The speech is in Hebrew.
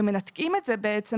ומנתקים את זה בעצם